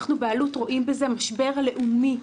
אנחנו באלו"ט רואים בזה משבר לאומי,